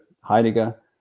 Heidegger